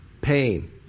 pain